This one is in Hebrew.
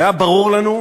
זה היה ברור לנו,